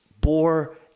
bore